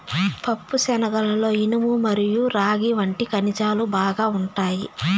పప్పుశనగలలో ఇనుము మరియు రాగి వంటి ఖనిజాలు బాగా ఉంటాయి